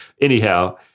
anyhow